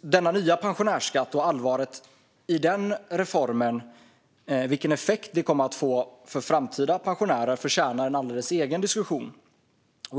Denna nya pensionärsskatt, allvaret i den reformen och vilken effekt detta kommer att få för framtida pensionärer förtjänar en alldeles egen diskussion.